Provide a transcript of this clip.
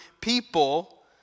people